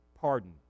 pardon